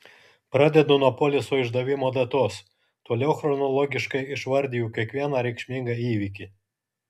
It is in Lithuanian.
pradedu nuo poliso išdavimo datos toliau chronologiškai išvardiju kiekvieną reikšmingą įvykį